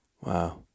Wow